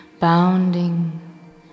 bounding